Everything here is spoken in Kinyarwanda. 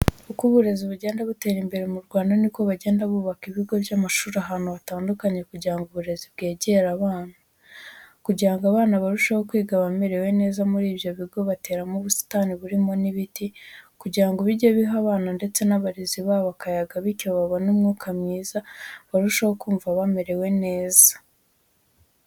Uko uburezi bugenda butera imbere mu Rwanda, ni ko bagenda bubaka ibigo by'amashuri ahantu hatandukanye kugira ngo uburezi bwegere abana. Kugira ngo abana barusheho kwiga bamerewe neza, muri byo bigo bateramo ubusitani burimo n'ibiti, kugira ngo bijye biha abana ndetse n'abarezi babo akayaga bityo babone umwuka mwiza, barusheho kumva bamerewe neza.